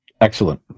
Excellent